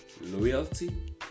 loyalty